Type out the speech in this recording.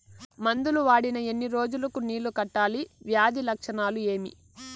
మందులు వాడిన ఎన్ని రోజులు కు నీళ్ళు కట్టాలి, వ్యాధి లక్షణాలు ఏమి?